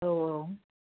औ औ